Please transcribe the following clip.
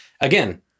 Again